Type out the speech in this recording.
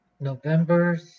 November